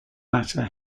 latter